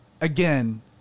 again